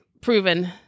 proven